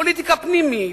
פוליטיקה פנימית,